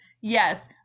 Yes